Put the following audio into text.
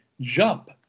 jump